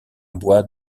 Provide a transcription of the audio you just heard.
bois